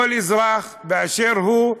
כל אזרח באשר הוא,